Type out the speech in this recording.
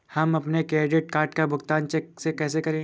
हम अपने credit card का भुगतान चेक से कैसे करें?